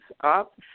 up